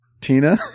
Tina